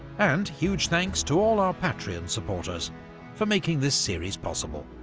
and huge thanks to all our patreon supporters for making this series possible.